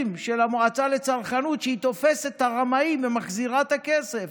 שהמועצה לצרכנות תופסת את הרמאים ומחזירה את הכסף,